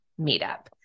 meetup